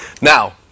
Now